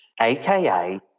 aka